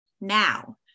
now